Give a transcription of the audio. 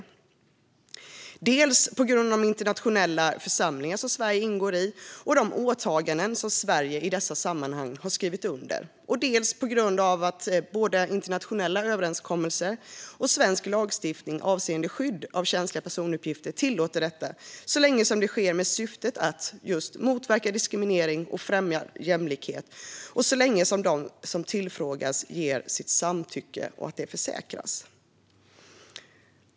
Detta bör ske dels på grund av de internationella församlingar som Sverige ingår i och de åtaganden som Sverige i dessa sammanhang har skrivit under, dels på grund av att både internationella överenskommelser och svensk lagstiftning avseende skydd av känsliga personuppgifter tillåter detta så länge det sker med syftet att just motverka diskriminering och främja jämlikhet och så länge de som tillfrågas ger sitt samtycke och att detta försäkras.